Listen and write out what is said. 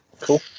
cool